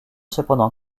cependant